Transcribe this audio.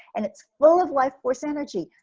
and it's full of lifeforce energy.